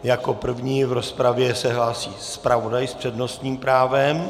Jako první v rozpravě se hlásí zpravodaj s přednostním právem.